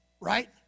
right